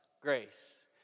grace